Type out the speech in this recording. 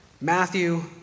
Matthew